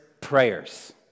prayers